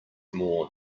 more